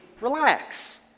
relax